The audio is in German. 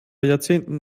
jahrzehnten